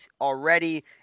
already